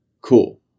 Cool